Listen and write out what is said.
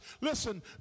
listen